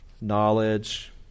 knowledge